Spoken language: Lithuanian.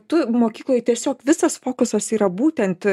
tu mokykloj tiesiog visas fokusas yra būtent